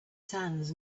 sands